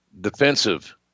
defensive